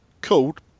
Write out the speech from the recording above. called